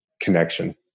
connection